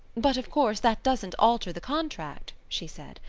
but, of course, that doesn't alter the contract, she said.